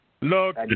Look